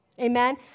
Amen